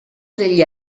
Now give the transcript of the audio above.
degli